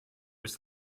ist